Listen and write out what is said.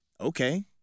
Okay